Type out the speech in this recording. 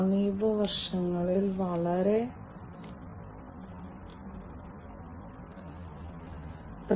അതിനാൽ തുടക്കത്തിൽ നമുക്ക് വ്യത്യസ്ത വ്യാവസായിക ആപ്ലിക്കേഷൻ ഡൊമെയ്നുകൾ പരിഗണിക്കാം